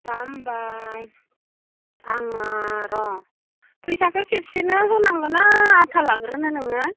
दा होनबा आङो र' फैसाखौ खेबसेनो होनांगो ना आधा लाग्रोनो नोङो